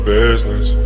business